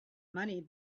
money